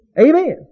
Amen